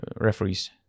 referees